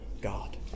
God